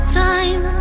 time